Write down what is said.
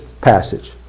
passage